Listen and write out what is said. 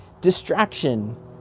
distraction